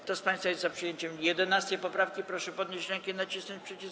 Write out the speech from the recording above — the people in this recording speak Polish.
Kto z państwa jest za przyjęciem 11. poprawki, proszę podnieść rękę i nacisnąć przycisk.